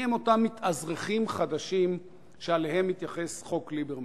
מיהם אותם מתאזרחים חדשים שאליהם מתייחס חוק ליברמן?